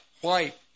white